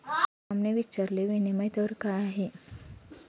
रामने विचारले, विनिमय दर काय आहे?